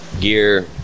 gear